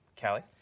Callie